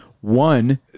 One